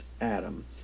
Adam